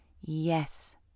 Yes